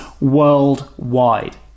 worldwide